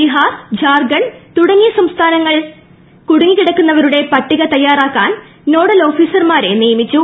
ബിഹാർ ജാർഖണ്ഡ് തുടങ്ങിയ സംസ്ഥാനങ്ങൾ കുടുങ്ങിക്കിടക്കുന്നവരുടെ പട്ടിക തയ്യാറാ ക്കാൻ നോഡൽ ഓഫീസർമാരെ നിയമിച്ചു